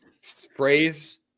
sprays